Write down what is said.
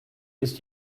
ist